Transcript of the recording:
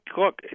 look